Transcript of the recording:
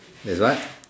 there's what